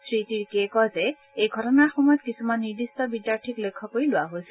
শ্ৰীতিৰ্কিয়ে কয় যে এই ঘটনাৰ সময়ত কিছুমান নিৰ্দিষ্ট বিদ্যাৰ্থীক লক্ষ্য কৰি লোৱা হৈছিল